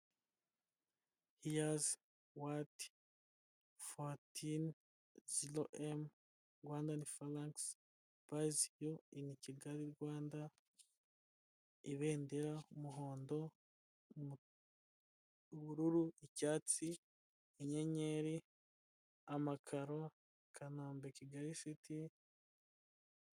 Hiyazi wati fotini zero emu Rwandan Fransi bayzi yu ini Kigali siti, Ibendera, umuhondo, ubururu, icatsi, inyenyeri, amakaro, Kanombe, Kigali siti.